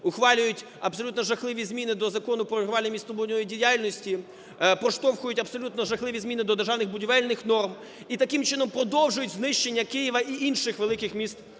ухвалюють абсолютно жахливі зміни до Закону "Про регулювання містобудівної діяльності", проштовхують абсолютно жахливі зміни до державних будівельних норм і таким чином продовжують знищення Києва і інших великих міст